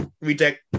Reject